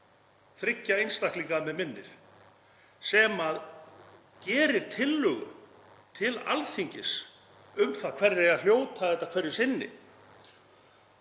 þriggja einstaklinga, að mig minnir, sem gerir tillögu til Alþingis um það hverjir eiga að hljóta þetta hverju sinni.